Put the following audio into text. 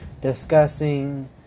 discussing